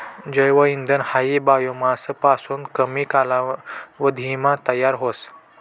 जैव इंधन हायी बायोमास पासून कमी कालावधीमा तयार व्हस